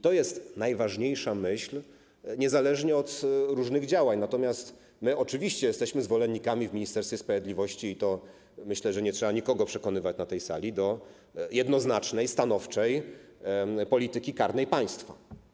To jest najważniejsza myśl niezależnie od różnych działań, natomiast my oczywiście jesteśmy zwolennikami w Ministerstwie Sprawiedliwości - myślę, że nie trzeba do tego przekonywać nikogo na tej sali - jednoznacznej, stanowczej polityki karnej państwa.